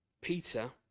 Peter